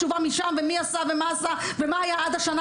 תשובה משם ומי עשה ומה עשה ומה היה עד השנה